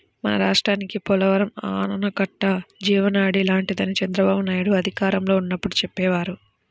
మన రాష్ట్రానికి పోలవరం ఆనకట్ట జీవనాడి లాంటిదని చంద్రబాబునాయుడు అధికారంలో ఉన్నప్పుడు చెప్పేవారు